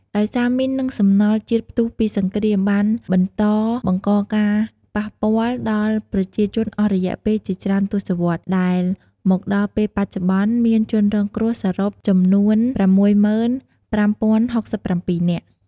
ដោយសារមីន និងសំណល់ជាតិផ្ទុះពីសង្គ្រាមបានបន្តបង្កការប៉ះពាល់ដល់ប្រជាជនអស់រយៈពេលជាច្រើនទសវត្សរ៍ ដែលមកដល់ពេលបច្ចុប្បន្ន មានជនរងគ្រោះសរុបចំនួន ៦៥,០៦៧ នាក់ ។